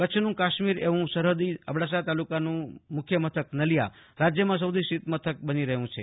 કચ્છનું કાશ્મીર એવું સરહદી અબડાસા તાલુકાનું મુખ્ય મથક નલીયા રાજ્યમાં સૌથી શીત મથક બની રહ્યું છે